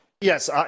Yes